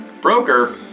Broker